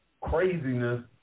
craziness